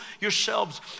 yourselves